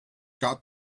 got